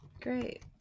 Great